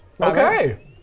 Okay